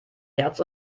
herz